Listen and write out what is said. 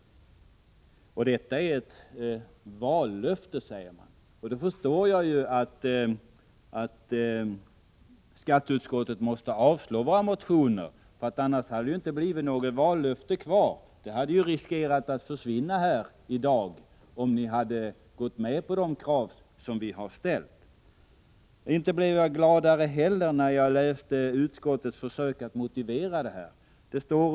Detta är ett vallöfte, säger socialdemokraterna. Då förstår jag att skatteutskottet måste avstyrka våra motioner. Annars hade det ju inte blivit något vallöfte kvar. Det hade riskerat att försvinna här i dag om ni hade gått med på de krav som vi har ställt. Inte heller blev jag gladare när jag läste utskottets försök att motivera sitt avslagsyrkande.